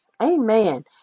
Amen